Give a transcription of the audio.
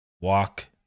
walk